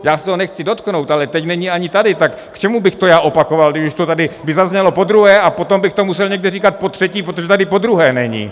Já se ho nechci dotknout, ale teď není ani tady, tak k čemu bych to já opakoval, když už by to tady zaznělo podruhé, a potom bych to musel někde říkat potřetí, protože tady podruhé není.